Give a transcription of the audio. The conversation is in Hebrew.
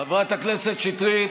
חברת הכנסת שטרית,